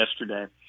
yesterday